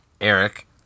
Eric